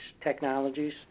technologies